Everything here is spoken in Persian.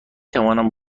توانم